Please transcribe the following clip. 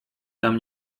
tam